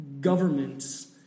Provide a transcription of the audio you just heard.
governments